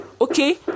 Okay